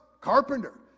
Carpenter